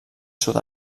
sud